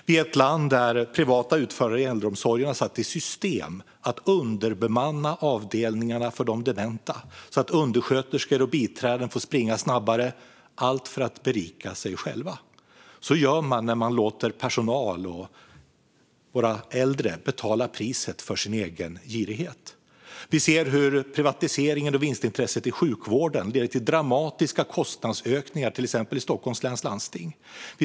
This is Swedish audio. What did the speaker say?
Vi är ett land där privata utförare i äldreomsorgen har satt i system att underbemanna avdelningarna för de dementa så att undersköterskor och biträden får springa snabbare, allt för att berika sig själva. Man låter personal och våra äldre betala priset för ens egen girighet. Vi ser hur privatiseringen och vinstintresset i sjukvården leder till dramatiska kostnadsökningar, till exempel i Stockholms läns landsting.